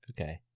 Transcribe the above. Okay